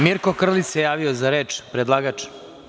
Mirko Krlić se javio za reč, predlagač.